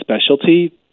specialty